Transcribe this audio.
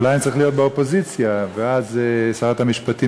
אולי אני צריך להיות באופוזיציה ואז שרת המשפטים